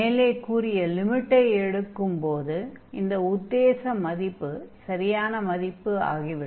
மேலே கூறிய லிமிட்டை எடுத்துக் கொள்ளும்போது இந்த உத்தேச மதிப்பு சரியான மதிப்பு ஆகிவிடும்